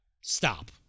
Stop